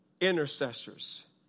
intercessors